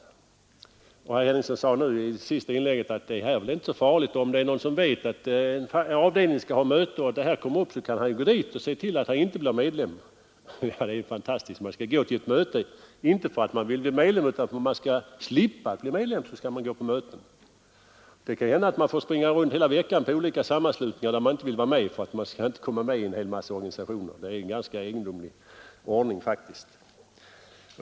I sitt senaste inlägg sade herr Henningsson att det här väl inte är så farligt. Om det är någon som vet att en avdelning skall ha möte och detta kommer upp, så kan han ju gå dit och se till att han inte blir medlem. Det är fantastiskt att man skall gå till ett möte, inte för att man vill bli medlem utan för att man skall slippa att bli medlem. Det kan ju hända att man får springa runt hela veckan till olika sammanslutningar där man inte vill vara med för att man inte skall bli medlem i en hel massa organisationer. Det är faktiskt en ganska egendomlig ordning.